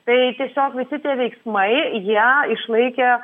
tai tiesiog visi tie veiksmai jie išlaikė